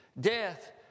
death